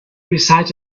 recited